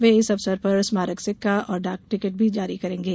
वे इस अवसर पर स्मारक सिक्का और डाक टिकट भी जारी करेंगे